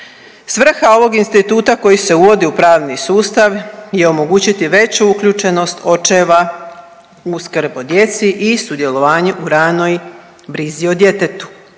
Svrha ovog instituta koji se uvodi u pravni sustav je omogući veću uključenost očeva u skrb o djeci i sudjelovanje u ranoj brizi o djetetu.